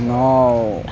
ন